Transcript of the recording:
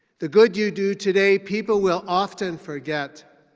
the good you do today people will often forget.